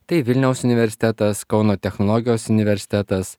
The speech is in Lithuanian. tai vilniaus universitetas kauno technologijos universitetas